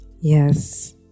Yes